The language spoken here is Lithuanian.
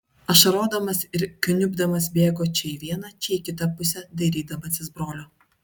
ašarodamas ir kniubdamas bėgo čia į vieną čia į kitą pusę dairydamasis brolio